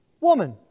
Woman